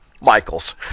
Michaels